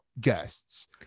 guests